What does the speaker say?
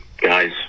guys